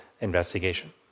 investigation